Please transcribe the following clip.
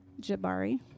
Jabari